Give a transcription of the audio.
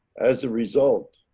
as a result,